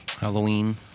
Halloween